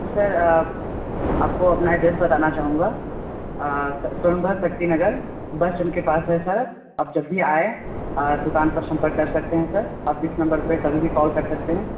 sir आपको अपना address बताना चाहूँगा सोनम भर शक्ति नगर बस स्टैंड के पास है सर आप जब भी आएं दुकान पर संपर्क कर सकते हैं सर आप इस नंबर पे कभी भी कॉल कर सकते हैं